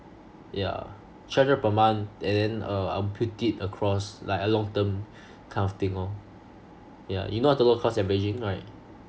yeah three hundred per month and then uh I'll pit it across like a long term kind of thing lor yeah you know what dollar cost averaging right